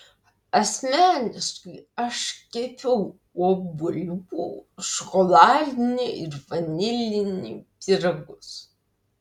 asmeniškai aš kepiau obuolių šokoladinį ir vanilinį pyragus